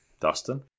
Dustin